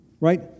Right